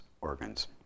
organs